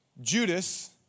Judas